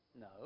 No